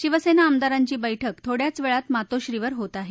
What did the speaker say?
शिवसेना आमदारांची बैठक थोड्याचि वळति मातोश्रीवर होत आहे